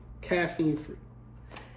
caffeine-free